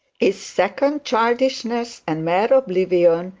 is second childishness, and mere oblivion,